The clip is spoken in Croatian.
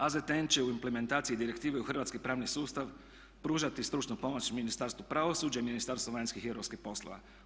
AZTN će u implementaciji direktive u hrvatski pravni sustav pružati stručnu pomoć Ministarstvu pravosuđa i Ministarstvu vanjskih i europskih poslova.